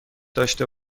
داشته